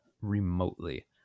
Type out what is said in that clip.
remotely